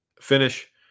finish